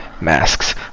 masks